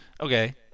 okay